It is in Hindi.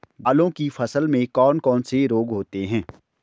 दालों की फसल में कौन कौन से रोग होते हैं?